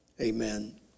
amen